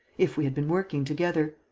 if we had been working together.